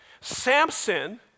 Samson